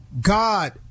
God